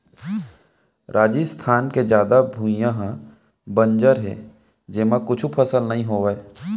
राजिस्थान के जादा भुइयां ह बंजर हे जेमा कुछु फसल नइ होवय